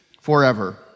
forever